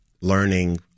learning